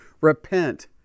Repent